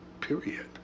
period